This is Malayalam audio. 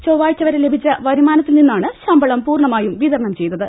ചൊവ്വാഴ്ച വരെ ലഭിച്ച വരുമാന ത്തിൽ നിന്നാണ് ശമ്പളം പൂർണമായും വിതരണം ഉചയ്തത്